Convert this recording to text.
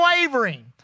wavering